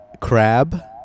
Crab